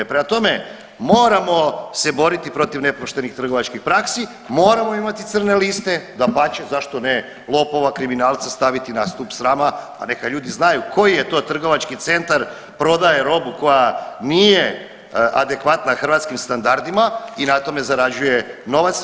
Prema tome, moramo se boriti protiv nepoštenih trgovačkih praksi, moramo imati crne liste, dapače zašto ne lopova, kriminalca staviti na stup srama pa neka ljudi znaju koji je to trgovački centar, prodaje robu koja nije adekvatna hrvatskim standardima i na tome zarađuje novac.